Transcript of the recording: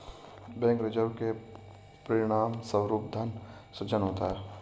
bank reserve के परिणामस्वरूप धन सृजन होता है